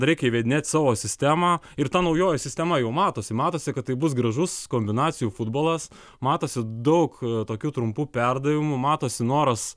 reikia įvedinėt savo sistemą ir ta naujoji sistema jau matosi matosi kad tai bus gražus kombinacijų futbolas matosi daug tokių trumpų perdavimų matosi noras